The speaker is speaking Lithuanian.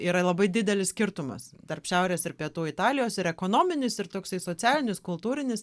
yra labai didelis skirtumas tarp šiaurės ir pietų italijos ir ekonominis ir toksai socialinis kultūrinis